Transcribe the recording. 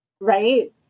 right